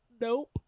nope